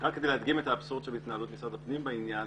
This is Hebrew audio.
כדי להדגים את האבסורד שבהתנהלות משרד הפנים בעניין.